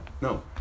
No